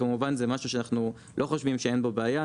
שכמובן זה משהו שאנחנו לא חושבים שאין בו בעיה.